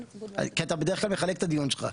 כי אתה בדרך כלל מחלק את הדיון שלך.